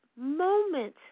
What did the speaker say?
moment